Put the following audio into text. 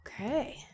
okay